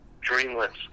dreamless